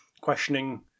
questioning